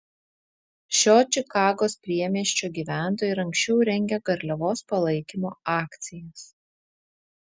šio čikagos priemiesčio gyventojai ir anksčiau rengė garliavos palaikymo akcijas